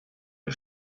den